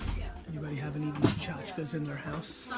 anybody have any of these chachkas in their house?